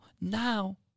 now